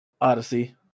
Odyssey